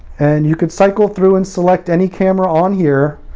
and you could cycle through and select any camera on here.